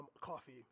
coffee